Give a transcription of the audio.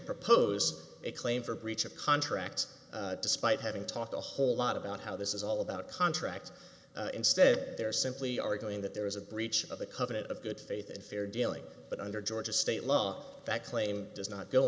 propose a claim for breach of contract despite having talked a whole lot about how this is all about contracts instead they're simply arguing that there is a breach of the covenant of good faith and fair dealing but under georgia state law that claim does not go